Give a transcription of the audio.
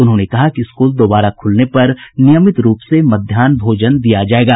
उन्होंने कहा कि स्कूल दोबारा खुलने पर नियमित रूप से मध्यान्ह भोजन दिया जाएगा